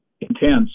intense